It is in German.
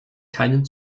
keinen